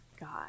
God